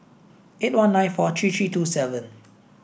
eight one nine four three three two seven